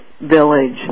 village